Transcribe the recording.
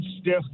stiff